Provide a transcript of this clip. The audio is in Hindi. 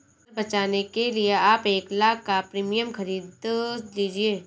कर बचाने के लिए आप एक लाख़ का प्रीमियम खरीद लीजिए